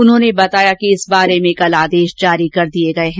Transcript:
उन्होंने बताया कि इस बारे में कल आदेश जारी कर दिए गए हैं